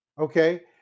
okay